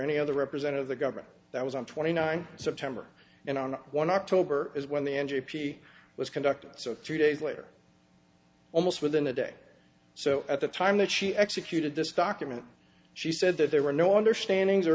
any other represent of the government that was on twenty nine september and on one october is when the n d p was conducted so two days later almost within a day or so at the time that she executed this document she said that there were no understanding